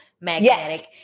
magnetic